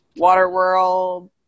Waterworld